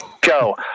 Go